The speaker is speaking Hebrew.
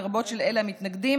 לרבות של אלה המתנגדים,